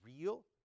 real